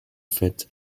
fête